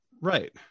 Right